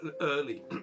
early